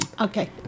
okay